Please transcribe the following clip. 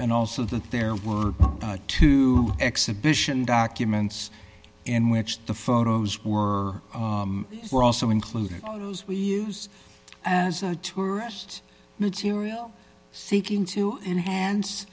and also that there were two exhibition documents in which the photos were were also included as we use as a tourist material seeking to enhance